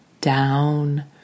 down